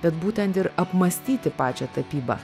bet būtent ir apmąstyti pačią tapybą